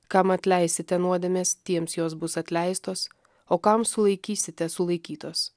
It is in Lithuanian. kam atleisite nuodėmes tiems jos bus atleistos o kam sulaikysite sulaikytos